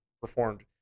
performed